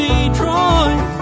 Detroit